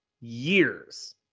years